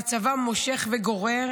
והצבא מושך וגורר.